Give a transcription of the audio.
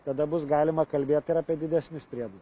tada bus galima kalbėti apie didesnius priedus